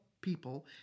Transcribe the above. people